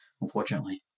unfortunately